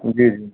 जी